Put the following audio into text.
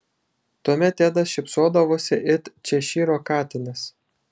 tuomet tedas šypsodavosi it češyro katinas